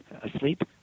asleep